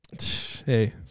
Hey